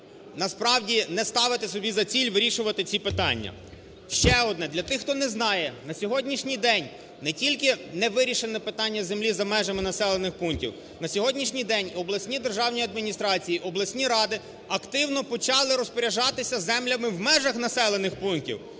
насправді не ставити собі за ціль вирішувати ці питання. Ще одне, для тих, хто не знає, на сьогоднішній день не тільки не вирішене питання землі за межами населених пунктів, на сьогоднішній день обласні державні адміністрації, обласні ради активно почали розпоряджатися землями в межах населених пунктів.